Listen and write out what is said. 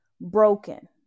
broken